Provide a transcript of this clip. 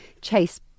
chase